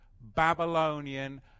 Babylonian